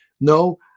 No